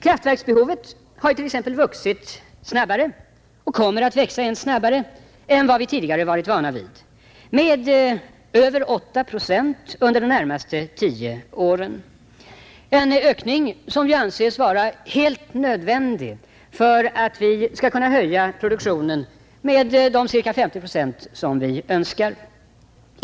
Kraftverksbehovet har t.ex. vuxit snabbare och kommer att växa än snabbare än vad vi tidigare varit vana vid, med över 8 procent per år under de närmaste tio åren, en ökning som anses vara helt nödvändig för att vi skall kunna höja produktionen med de ca 50 procent som vi önskar.